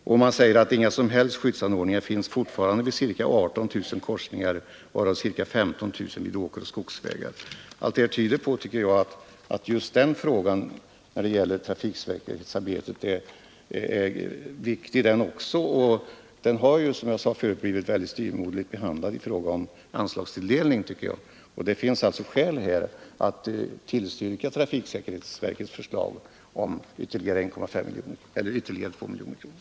Man säger vidare att inga som helst skyddsanordningar finns fortfarande vid ca 18 000 korsningar, varav ca 15 000 vid åkeroch skogsvägar. Allt det tyder på, tycker jag, att just det här avsnittet i trafiksäkerhetsarbetet är viktigt. Men det har, som jag sade förut, blivit styvmoderligt behandlat i fråga om anslagstilldelning. Det finns alltså skäl att tillstyrka trafiksäkerhetsverkets hemställan om ytterligare 2 miljoner kronor.